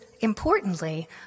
Importantly